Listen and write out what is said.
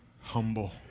humble